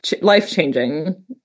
life-changing